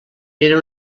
era